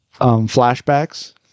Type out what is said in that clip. flashbacks